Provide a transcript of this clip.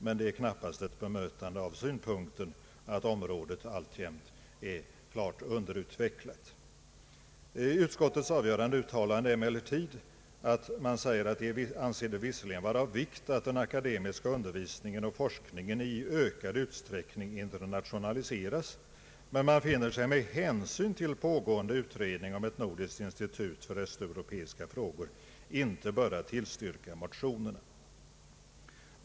Men det är knappast ett bemötande av vår synpunkt att området alltjämt är klart underutvecklat. Utskottets avgörande uttalande är emellertid att man visserligen anser det vara av vikt att den akademiska undervisningen och Anslag till högre utbildning och forskning forskningen i ökad utsträckning internationaliseras men att med hänsyn till pågående utredning om ett nordiskt institut för östeuropeiska frågor finner sig inte böra tillstyrka motionen.